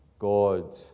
God